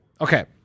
okay